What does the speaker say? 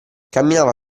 camminava